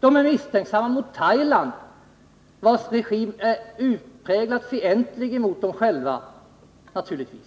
Regeringen är också misstänksam mot Thailand, vars regering naturligtvis är utpräglat fientligt inställd mot Heng Samrin-regimen.